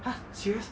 !huh! serious